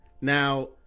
Now